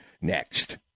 next